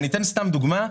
אציג דוגמה.